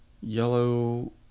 Yellow